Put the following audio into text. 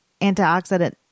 antioxidant